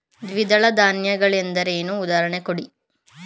ದ್ವಿದಳ ಧಾನ್ಯ ಗಳೆಂದರೇನು, ಉದಾಹರಣೆ ಕೊಡಿ?